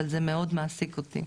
אבל זה מאד מעסיק אותי.